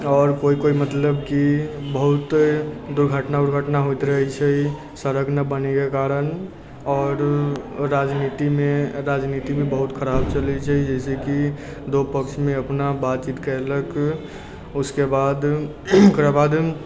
आओर कोइ कोइ मतलब कि बहुत दुर्घटना उर्घटना होइत रहै छै सड़क नहि बनैके कारण आओर राजनीतिमे राजनीतिमे बहुत खराब चलै छै जैसे कि दो पक्षमे अपना बातचीत कयलक उसके बाद ओकरा बाद